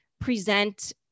present